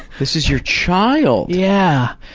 this is your child. yeah.